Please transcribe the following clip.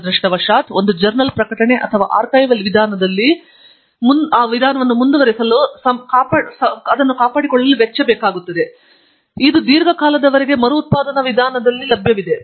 ದುರದೃಷ್ಟವಶಾತ್ ಒಂದು ಜರ್ನಲ್ ಪ್ರಕಟಣೆ ಅಥವಾ ಆರ್ಕೈವಲ್ ವಿಧಾನದಲ್ಲಿ ಮುಂದುವರಿಯುವ ಸಮ್ಮೇಳನವನ್ನು ಕಾಪಾಡಿಕೊಳ್ಳುವ ವೆಚ್ಚ ಇದು ದೀರ್ಘಕಾಲದವರೆಗೆ ಮರುಉತ್ಪಾದನಾ ವಿಧಾನದಲ್ಲಿ ಲಭ್ಯವಿದೆ